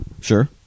Sure